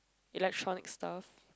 electronic stuff